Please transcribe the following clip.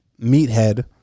meathead